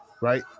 right